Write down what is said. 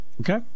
Okay